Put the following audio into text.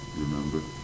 remember